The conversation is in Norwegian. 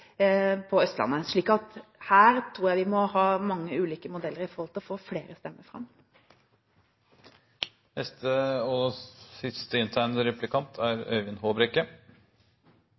på Østlandet. Så her tror jeg vi må ha mange ulike modeller for å få flere stemmer fram. Det ble sagt mye fornuftig i statsrådens innlegg, og